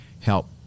help